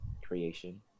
creation